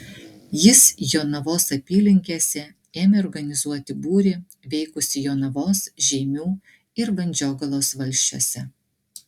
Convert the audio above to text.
jis jonavos apylinkėse ėmė organizuoti būrį veikusį jonavos žeimių ir vandžiogalos valsčiuose